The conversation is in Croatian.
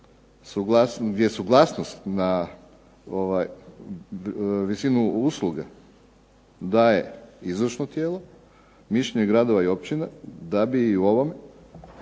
gdje suglasnost na visinu usluge daje izvršno tijelo, mišljenje gradova i općina je da bi bilo